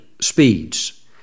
speeds